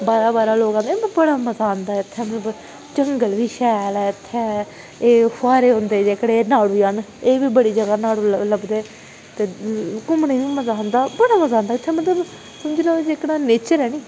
बाहरा बाहरा लोक आंदे ते बड़ा मजा आंदा इ'त्थें जंगल बी शैल ऐ इ'त्थें एह् फोहारे होंदे जेह्कडे़ नाडू़ जन एह् बी बड़ी जगह् नाडू़ लभदे ते घूमने गी बी मजा आंदा बड़ा मजा आंदा इ'त्थें मतलब की दिक्खी लैओ ते समझी लैओ कि जेह्कड़ा नेचर ऐ नी